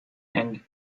and